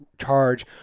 charge